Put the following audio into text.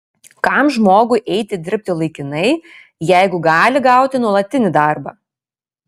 kam žmogui eiti dirbti laikinai jeigu gali gauti nuolatinį darbą